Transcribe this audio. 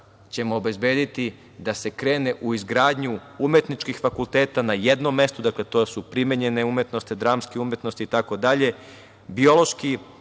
ćemo obezbediti da se krene u izgradnju umetničkih fakulteta na jednom mestu. Dakle, to su primenjene umetnosti, dramske umetnosti itd. Biološki,